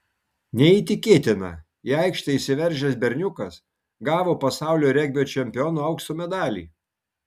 neįtikėtina į aikštę įsiveržęs berniukas gavo pasaulio regbio čempiono aukso medalį